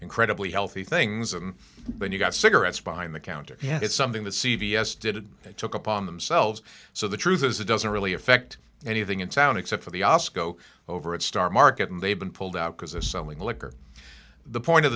incredibly healthy things and then you've got cigarettes behind the counter and it's something that c v s did they took upon themselves so the truth is it doesn't really affect anything in town except for the osco over at star market and they've been pulled out because of selling liquor the point of